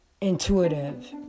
intuitive